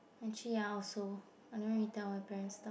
actually ya also I don't really tell my parents stuff